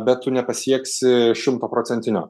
bet tu nepasieksi šimtaprocentinio